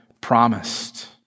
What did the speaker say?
promised